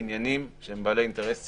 עניינים שהם בעלי אינטרס ציבורי,